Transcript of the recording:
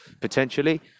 Potentially